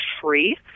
free